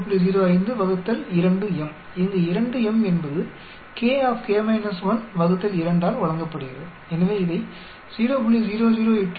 05 ÷ 2 m இங்கு 2 m என்பது ஆல் வழங்கப்படுகிறது எனவே இதை 0